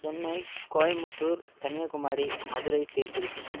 சென்னை கோயம்புத்தூர் கன்னியாகுமரி மதுரை தி திருச்சி